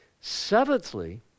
Seventhly